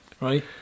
right